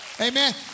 Amen